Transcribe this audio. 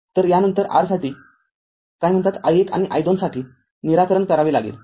तर यानंतर r साठी काय म्हणतात i१ आणि i२ साठी निराकरण करावे लागेल